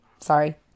Sorry